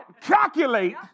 calculate